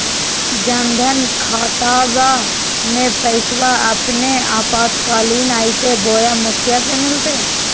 जन धन खाताबा में पैसबा अपने आपातकालीन आयते बोया मुखिया से मिलते?